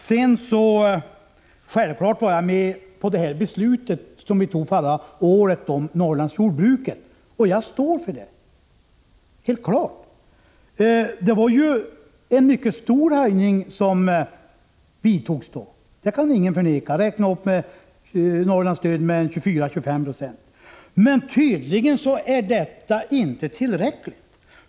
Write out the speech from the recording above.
Självfallet var jag med om det beslut som vi fattade förra året om Norrlandsjordbruket, och jag står naturligtvis för mitt ståndpunktstagande. Ingen kan förneka att det blev en mycket stor höjning. Norrlandsstödet räknades upp med 24-25 90. Men tydligen är detta otillräckligt.